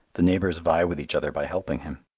the neighbours vie with each other by helping him.